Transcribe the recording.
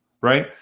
right